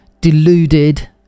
deluded